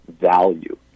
value